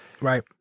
Right